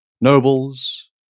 Nobles